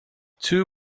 two